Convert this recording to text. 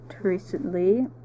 recently